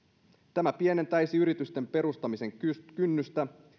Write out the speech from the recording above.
tämä pienentäisi yritysten perustamisen kynnystä